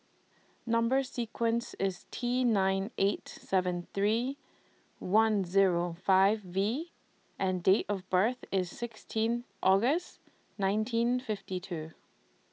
Number sequence IS T nine eight seven three one Zero five V and Date of birth IS sixteen August nineteen fifty two